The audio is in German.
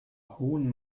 hohen